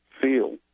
feel